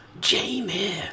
Jamie